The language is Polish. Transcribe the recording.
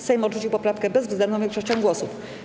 Sejm odrzucił poprawkę bezwzględną większością głosów.